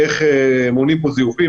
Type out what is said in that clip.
איך מונעים זיופים,